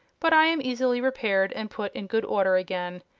but i am easily repaired and put in good order again.